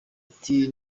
ati